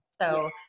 So-